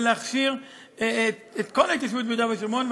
להכשיר את כל ההתיישבות ביהודה ושומרון,